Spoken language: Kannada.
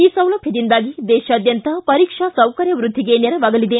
ಈ ಸೌಲಭ್ಯದಿಂದಾಗಿ ದೇಶಾದ್ಯಂತ ಪರೀಕ್ಷಾ ಸೌಕರ್ಯವೃದ್ಧಿಗೆ ನೆರವಾಗಲಿದೆ